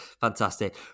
fantastic